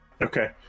Okay